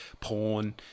porn